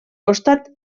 costat